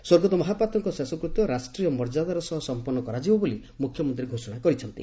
ସ୍ୱର୍ଗତ ମହାପାତ୍ରଙ୍କ ଶୋକକୃତ୍ୟ ରାଷ୍ଟ୍ରୀୟ ମର୍ଯ୍ୟାଦାର ସହ ସମ୍ମନ୍ନ କରାଯିବ ବୋଲି ମ୍ରଖ୍ୟମନ୍ତୀ ଘୋଷଣା କରିଛନ୍ତି